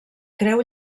creu